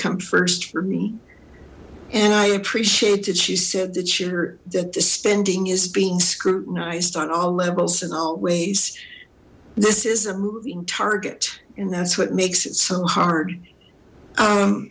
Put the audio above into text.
come first for me and i appreciate that she said that your that the spending is being scrutinized on all levels in all ways this is a moving target and that's what makes it so hard